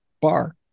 bar